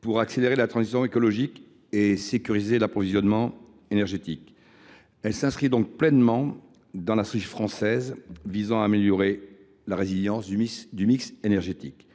pour accélérer la transition écologique et sécuriser l’approvisionnement énergétique. Elle s’inscrit donc pleinement dans la stratégie française visant à améliorer la résilience du mix énergétique.